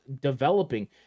developing